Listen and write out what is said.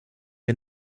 wir